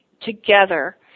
together